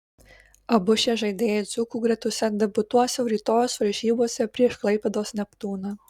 abu šie žaidėjai dzūkų gretose debiutuos jau rytojaus varžybose prieš klaipėdos neptūną